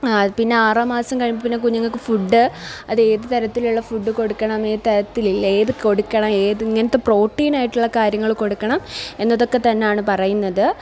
ആ പിന്നെ ആറാം മാസം കഴിഞ്ഞിട്ട് പിന്നെ കുഞ്ഞുങ്ങള്ക്ക് ഫുഡ് അത് ഏതുതരത്തിലുള്ള ഫുഡ് കൊടുക്കണം ഏതുതരത്തില് ഏത് കൊടുക്കണം ഏത് ഇങ്ങനത്തെ പ്രോട്ടീനായിട്ടുള്ള കാര്യങ്ങള് കൊടുക്കണം എന്നതൊക്കെ തന്നെയാണ് പറയുന്നത്